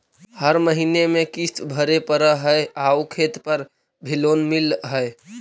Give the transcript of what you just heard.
हर महीने में किस्त भरेपरहै आउ खेत पर भी लोन मिल है?